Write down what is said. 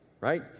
right